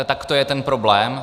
Tak to je ten problém.